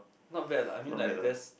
not bad lah I mean like there's